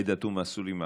עאידה תומא סלימאן,